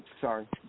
sorry